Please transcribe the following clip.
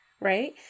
right